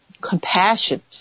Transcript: compassion